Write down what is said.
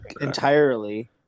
Entirely